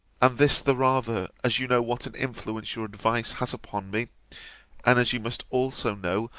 and this the rather, as you know what an influence your advice has upon me and as you must also know,